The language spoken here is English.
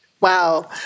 Wow